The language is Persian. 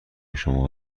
شما